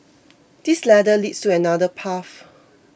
this ladder leads to another path